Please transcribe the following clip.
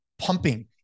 pumping